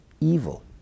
evil